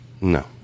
No